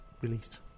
released